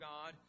God